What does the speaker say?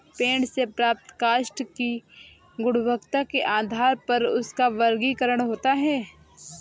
पेड़ से प्राप्त काष्ठ की गुणवत्ता के आधार पर उसका वर्गीकरण होता है